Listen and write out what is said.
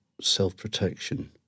self-protection